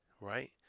Right